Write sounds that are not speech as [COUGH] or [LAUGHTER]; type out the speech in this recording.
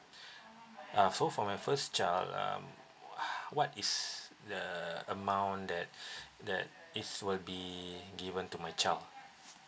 uh so for my first child um ho~ what is the amount that [BREATH] that is will be given to my child